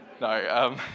No